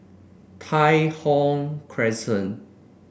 Tai Thong Crescent